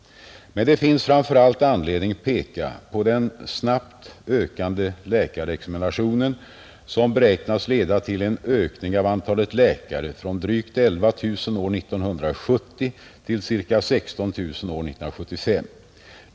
Men det finns framför allt anledning peka på den snabbt ökande läkarexaminationen, som beräknas leda till en ökning av antalet läkare från drygt 11 000 år 1970 till ca 16 000 år 1975.